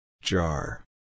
Jar